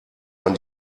man